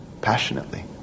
passionately